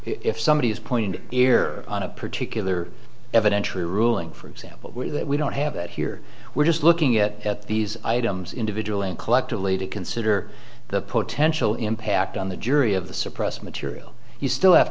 if somebody has pointed ear on a particular evidentiary ruling for example we don't have that here we're just looking at these items individual and collectively to consider the potential impact on the jury of the suppressed material you still have